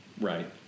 Right